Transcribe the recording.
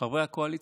חברי הקואליציה.